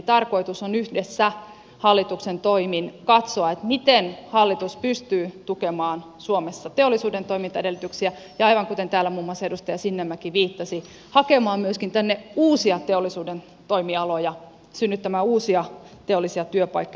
tarkoitus on yhdessä hallituksen toimin katsoa miten hallitus pystyy tukemaan suomessa teollisuuden toimintaedellytyksiä ja aivan kuten täällä muun muassa edustaja sinnemäki viittasi myöskin hakemaan tänne uusia teollisuuden toimialoja synnyttämään uusia teollisia työpaikkoja